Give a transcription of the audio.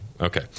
Okay